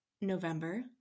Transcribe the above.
November